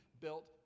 built